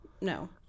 No